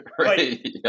Right